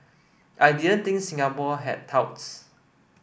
I didn't think Singapore had touts